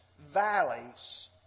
valleys